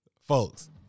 Folks